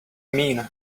mean